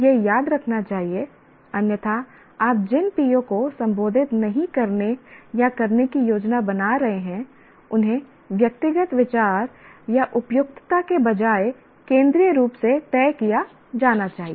यह याद रखना चाहिए अन्यथा आप जिन PO को संबोधित नहीं करने या करने की योजना बना रहे हैं उन्हें व्यक्तिगत विचार या उपयुक्तता के बजाय केंद्रीय रूप से तय किया जाना चाहिए